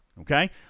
okay